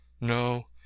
No